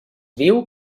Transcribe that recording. diu